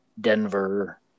Denver –